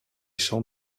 champs